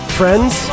friends